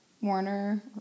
Warner